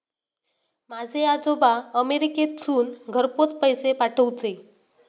माझे आजोबा अमेरिकेतसून घरपोच पैसे पाठवूचे